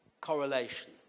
correlation